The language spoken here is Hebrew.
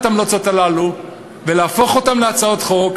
את ההמלצות הללו ולהפוך אותן להצעות חוק,